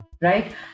right